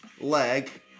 leg